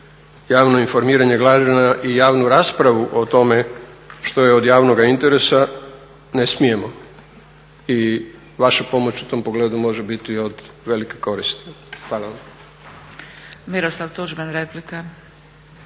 javno informiranje građana i javnu raspravu o tome što je od javnoga interesa ne smijemo i vaša pomoć u tom pogledu može biti od velike koristi. Hvala vam. **Zgrebec, Dragica